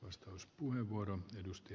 arvoisa puhemies